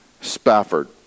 Spafford